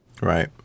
Right